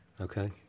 Okay